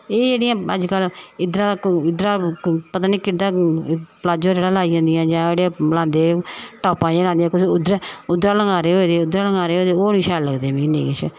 एह् जेह्ड़ियां अज्जकल इद्धरा इद्धरा दा पता निं केह्ड़ा प्लाजो जेह्ड़ा लाई जंदियां जां जेह्ड़ा लांदे टापां दा लांदियां उद्धर उद्धर लगांरे होए दे उद्धरा लंगारे होए दे ओह् निं शैल लगदे मिगी नेईं किश